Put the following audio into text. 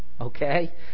okay